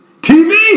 TV